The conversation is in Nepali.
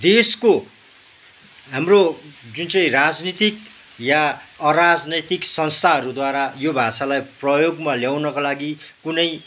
देशको हाम्रो जुन चाहिँ राजनैतिक या अराजनैतिक संस्थाहरूद्वारा यो भाषालाई प्रयोगमा ल्याउनका लागि कुनै